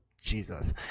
Jesus